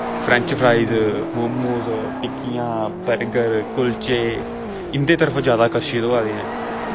French fries momos टिक्कियां burger कुल्चे इंदी तरफ जागदा आकर्शत होआ दे ऐ